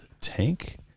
Tank